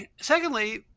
secondly